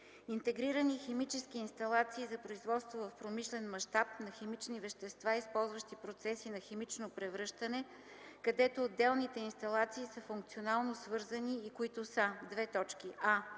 Интегрирани химически инсталации за производство в промишлен мащаб на химични вещества, използващи процеси на химично превръщане, където отделните инсталации са функционално свързани и които са: а) за